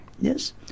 Yes